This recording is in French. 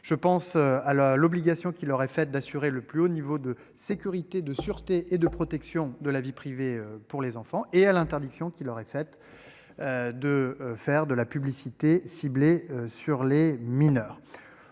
Je pense à la l'obligation qui leur est faite d'assurer le plus haut niveau de sécurité, de sûreté et de protection de la vie privée pour les enfants et à l'interdiction qui leur est faite. De faire de la publicité ciblée sur les mineurs.